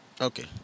Okay